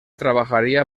trabajaría